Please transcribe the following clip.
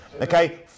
Okay